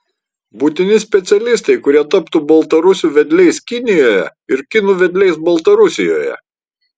būtini specialistai kurie taptų baltarusių vedliais kinijoje ir kinų vedliais baltarusijoje